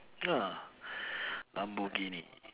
ya lamborghini